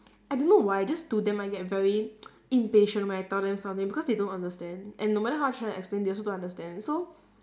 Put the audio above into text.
I don't know why just to them I get very impatient when I tell them something because they don't understand and no matter how I try to explain they also don't understand so